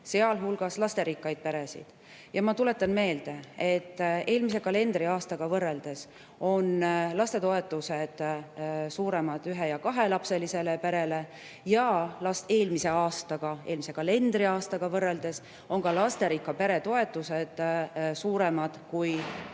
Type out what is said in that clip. sealhulgas lasterikkaid peresid. Ma tuletan meelde, et eelmise kalendriaastaga võrreldes on lastetoetused suuremad ühe- ja kahelapselisele perele ja eelmise kalendriaastaga võrreldes on ka lasterikka pere toetused suuremad, kui